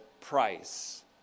price